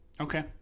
okay